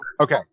Okay